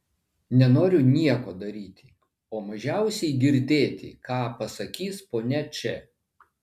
nenoriu nieko daryti o mažiausiai girdėti ką pasakys ponia č